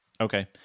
Okay